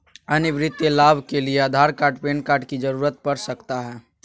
अन्य वित्तीय लाभ के लिए आधार कार्ड पैन कार्ड की जरूरत पड़ सकता है?